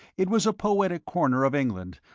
it was a poetic corner of england,